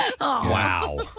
Wow